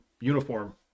uniform